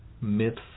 myths